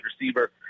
receiver